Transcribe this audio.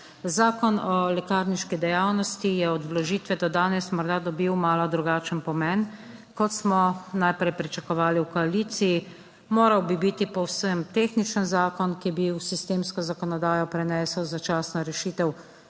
Zakon o lekarniški dejavnosti je od vložitve do danes morda dobil malo drugačen pomen kot smo najprej pričakovali v koaliciji. Moral bi biti povsem tehničen zakon, ki bi v sistemsko zakonodajo prinesel začasno rešitev